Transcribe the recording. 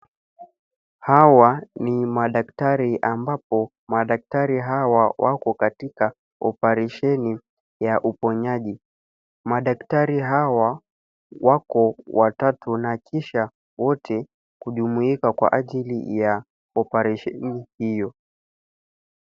Hawa ni madaktari ambapo madaktari hawa wako katika oparesheni ya uponyaji. Madaktari hawa wako watatu na kisha wote hujumuika kwa ajili ya oparesheni hiyo.